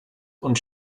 und